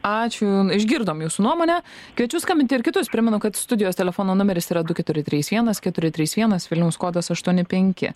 ačiū išgirdom jūsų nuomonę kviečiu skambinti ir kitus primenu kad studijos telefono numeris yra du keturi trys vienas keturi trys vienas vilniaus kodas aštuoni penki